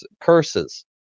curses